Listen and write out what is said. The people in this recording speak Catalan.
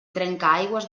trencaaigües